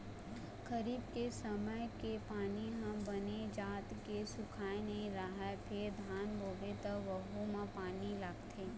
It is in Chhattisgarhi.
खरीफ के समे के पानी ह बने जात के सुखाए नइ रहय फेर धान बोबे त वहूँ म पानी लागथे